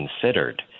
considered